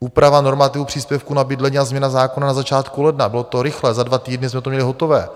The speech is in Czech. Úprava normativů příspěvku na bydlení a změna zákona na začátku ledna bylo to rychlé, za dva týdny jsme to měli hotové.